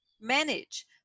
manage